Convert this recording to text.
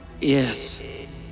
Yes